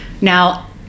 Now